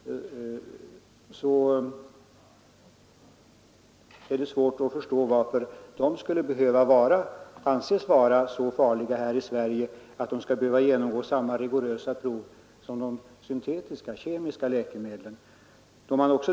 Det är därför svårt att förstå varför de skall anses vara så farliga här i Sverige att de skall behöva genomgå samma rigorösa prov som de kemiska läkemedlen.